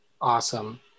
Awesome